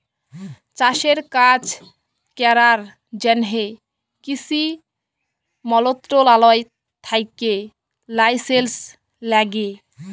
চাষের কাজ ক্যরার জ্যনহে কিসি মলত্রলালয় থ্যাকে লাইসেলস ল্যাগে